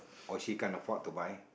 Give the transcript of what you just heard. or she can't afford to buy